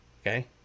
Okay